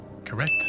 Correct